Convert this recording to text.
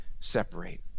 separate